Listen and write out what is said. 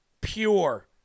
pure